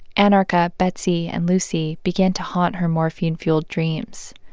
anarcha, betsey and lucy began to haunt her morphine-fueled dreams.